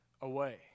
away